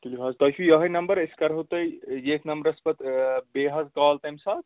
تُلِو حظ تۅہہِ چھُو یِہےَ نمبر أسۍ کرٕہو تۄہہِ ییٚتھۍ نمرس پیٚٹھ آ بیٚیہِ حظ کال تَمہِ ساتہٕ